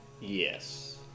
Yes